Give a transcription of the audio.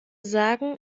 sagen